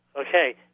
Okay